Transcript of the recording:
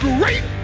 Great